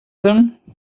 him